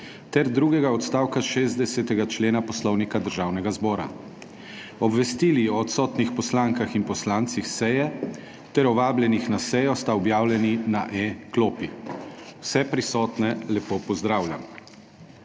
ter drugega odstavka 60. člena Poslovnika Državnega zbora. Obvestili o odsotnih poslankah in poslancih seje ter o vabljenih na sejo sta objavljeni na e-klopi. Vse prisotne lepo pozdravljam!